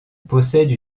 possède